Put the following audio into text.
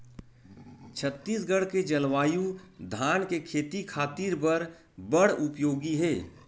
छत्तीसगढ़ के जलवायु धान के खेती खातिर बर बड़ उपयोगी हे